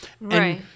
Right